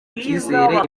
icyizere